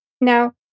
Now